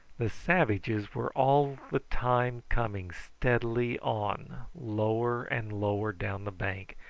the savages were all the time coming steadily on lower and lower down the bank,